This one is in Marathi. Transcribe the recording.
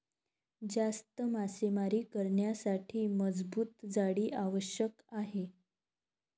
जास्त मासेमारी करण्यासाठी मजबूत जाळी आवश्यक आहे